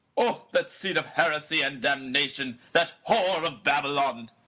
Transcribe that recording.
oh! that seat of heresy and damnation! that whore of babylon!